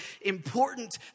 important